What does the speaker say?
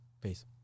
Peace